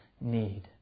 need